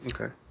Okay